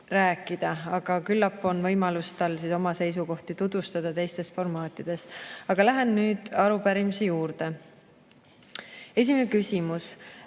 rääkida. Aga küllap tal on võimalus oma seisukohti tutvustada teistes formaatides. Aga lähen nüüd arupärimise juurde. Esimene küsimus: